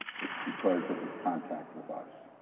it's because of his contact with us.